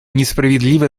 несправедливо